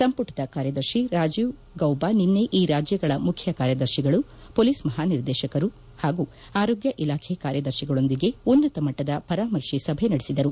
ಸಂಪುಟದ ಕಾರ್ಯದರ್ಶಿ ರಾಜೀವ್ ಗೌಬಾ ನಿನ್ನೆ ಈ ರಾಜ್ಯಗಳ ಮುಖ್ಯ ಕಾರ್ಯದರ್ಶಿಗಳು ಮೊಲೀಸ್ ಮಪಾನಿರ್ದೇಶಕರು ಮತ್ತು ಆರೋಗ್ಯ ಇಲಾಖೆ ಕಾರ್ಯದರ್ಶಿಗಳೊಂದಿಗೆ ಉನ್ನತ ಮಟ್ಟದ ಪರಾಮರ್ಶೆ ಸಭೆ ನಡೆಸಿದರು